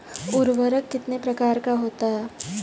उर्वरक कितने प्रकार का होता है?